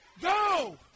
Go